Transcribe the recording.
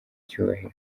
cyubahiro